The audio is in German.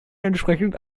entsprechend